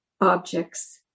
objects